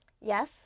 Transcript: Yes